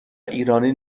ایرانی